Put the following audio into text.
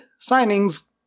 signings